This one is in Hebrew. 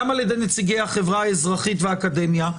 גם על ידי נציגי החברה האזרחית והאקדמיה,